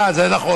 אה, זה נכון.